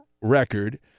record